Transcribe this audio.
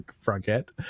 forget